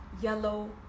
yellow